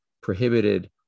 prohibited